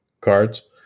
cards